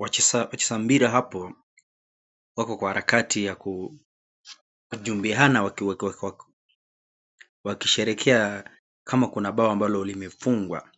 Wacheza mpira hapo wako kwa harakati ya kujumbiana wakisherehekea kama kuna bao ambalo limefungwa